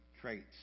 traits